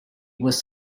was